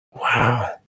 Wow